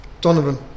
Donovan